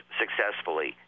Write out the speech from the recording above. successfully